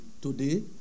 Today